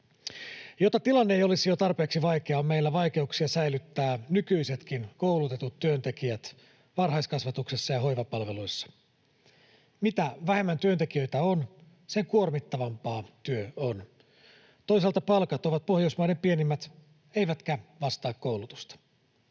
Jotta tilanne ei olisi jo tarpeeksi vaikea, on meillä vaikeuksia säilyttää nykyisetkin koulutetut työntekijät varhaiskasvatuksessa ja hoivapalveluissa. Mitä vähemmän työntekijöitä on, sen kuormittavampaa työ on. Toisaalta palkat ovat Pohjoismaiden pienimmät eivätkä vastaa koulutusta.